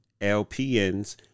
LPNs